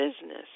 business